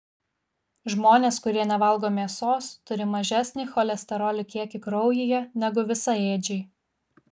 žmonės kurie nevalgo mėsos turi mažesnį cholesterolio kiekį kraujyje negu visaėdžiai